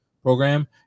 program